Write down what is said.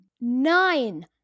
nine